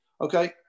okay